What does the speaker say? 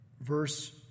Verse